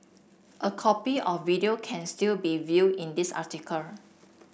a copy of video can still be viewed in this article